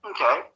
okay